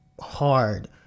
hard